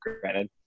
granted